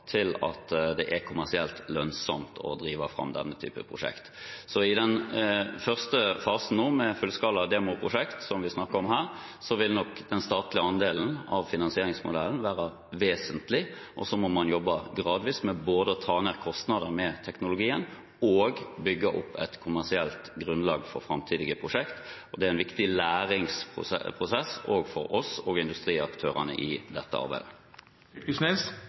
til at det er kommersielt lønnsomt å drive fram denne type prosjekt. I den første fasen nå med fullskala demoprosjekt, som vi snakker om her, vil nok den statlige andelen av finansieringsmodellen være vesentlig, og så må man jobbe gradvis med både å ta ned kostnader med teknologien og å bygge opp et kommersielt grunnlag for framtidige prosjekter. Det er en viktig læringsprosess også for oss og industriaktørene i dette arbeidet.